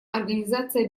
организации